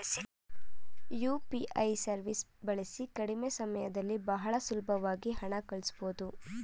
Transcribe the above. UPI ಸವೀಸ್ ಬಳಸಿ ಕಡಿಮೆ ಸಮಯದಲ್ಲಿ ಬಹಳ ಸುಲಬ್ವಾಗಿ ಹಣ ಕಳಸ್ಬೊದು